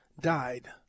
died